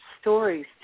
stories